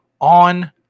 on